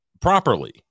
properly